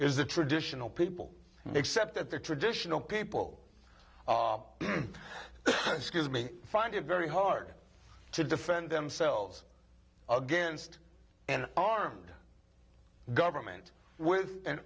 is the traditional people except at the traditional people excuse me find it very hard to defend themselves against an armed government with an